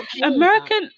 American